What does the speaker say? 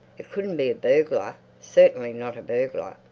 it couldn't be a burglar, certainly not a burglar,